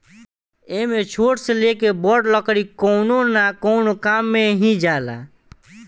एमे छोट से लेके बड़ लकड़ी कवनो न कवनो काम मे ही जाला